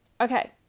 Okay